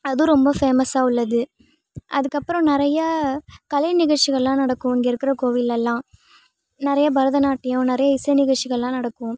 அதுவும் ரொம்ப ஃபேமஸாக உள்ளது அதுக்கப்புறம் நிறையா கலைநிகழ்ச்சிகள்லான் நடக்கும் இங்கே இருக்கிற கோவில்லல்லாம் நிறைய பரதநாட்டியம் நிறைய இசைநிகழ்ச்சிகள்லாம் நடக்கும்